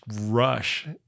rush